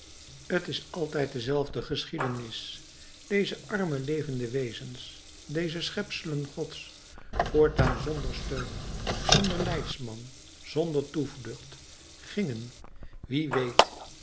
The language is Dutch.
t is altijd dezelfde geschiedenis deze arme levende wezens deze schepselen gods voortaan zonder steun zonder leidsman zonder toevlucht gingen wie weet